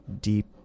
deep